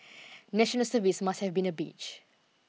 national service must have been a bitch